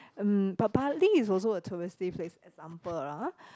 mm but Bali is also a touristy place example ah